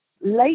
Late